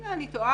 אולי אני טועה,